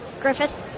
Griffith